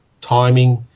timing